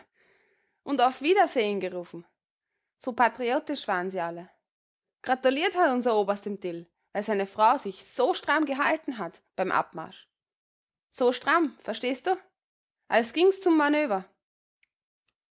und auf wiedersehen gerufen so patriotisch waren sie alle gratuliert hat unser oberst dem dill weil seine frau sich so stramm gehalten hat beim abmarsch so stramm verstehst du als ging's zum manöver